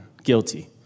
Guilty